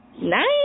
nice